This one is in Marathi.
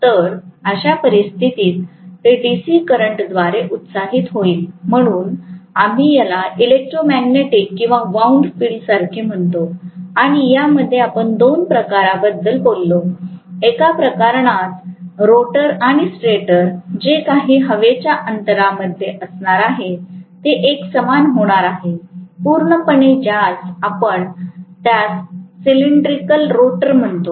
तर अशा परिस्थितीत ते डी सी करंटद्वारे उत्साहित होईल म्हणून आम्ही याला इलेक्ट्रोमॅग्नेटिक किंवा वाऊंड फील्ड सारखे म्हणतो आणि यामध्येच आपण दोन प्रकारांबद्दल बोललो एका प्रकरणात रोटर आणि स्टेटर जे काही हवेच्या अंतरांमधे असणार आहे जे एकसमान होणार आहे पूर्णपणे ज्यास आपण त्यास सिलेंड्रिकल रोटर म्हणतो